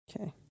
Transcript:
Okay